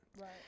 Right